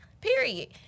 Period